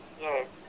Yes